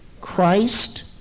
Christ